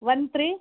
one three